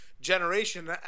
generation